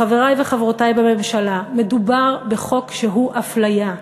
חברי וחברותי בממשלה, מדובר בחוק שהוא הפליה.